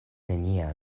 nenia